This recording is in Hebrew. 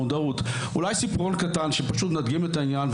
המודעות אולי סיפור קטן שידגים את העניין.